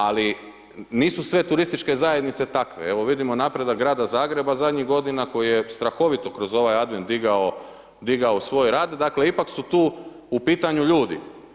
Ali nisu sve turističke zajednice takve, evo vidimo napredak Grada Zagreba zadnjih godina koji je strahovito kroz ovaj advent digao, digao svoj rad, dakle ipak su tu u pitanju ljudi.